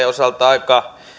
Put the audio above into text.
osalta aika